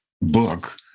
book